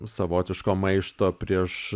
savotiško maišto prieš